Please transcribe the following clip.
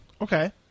Okay